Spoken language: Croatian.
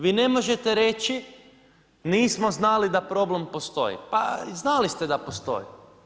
Vi ne možete reći nismo znali da problem postoji pa znali ste da postoji.